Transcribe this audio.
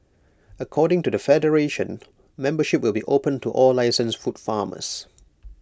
according to the federation membership will be opened to all licensed food farmers